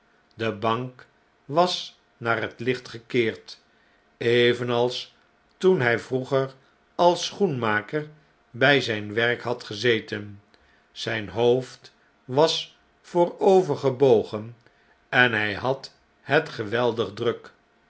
de bank was naar het licht gekeerd evenals toen h j vroeger als schoenmaker bjj zjjn werk had gezeten zu'n hoofd was voorovergebogen en hn had het geweldig druk